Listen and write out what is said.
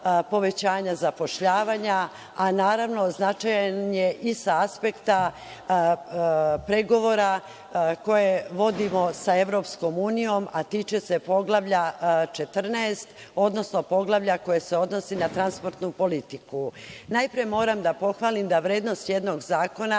povećanja zapošljavanja, a naravno značajan je i sa aspekta pregovora koje vodimo sa EU, a tiče se Poglavlja 14, odnosno poglavlja koje se odnosi na transportnu politiku. Najpre moram da pohvalim da vrednost jednog zakona